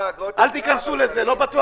אל תיכנסו לזה,